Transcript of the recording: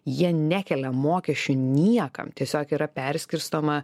jie nekelia mokesčių niekam tiesiog yra perskirstoma